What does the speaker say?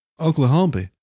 Oklahoma